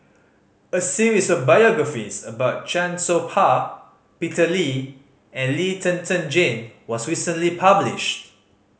a series of biographies about Chan Soh Ha Peter Lee and Lee Zhen Zhen Jane was recently published